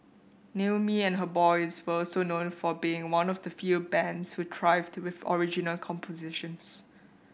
Naomi and her boys were also known for being one of the few bands who thrived with original compositions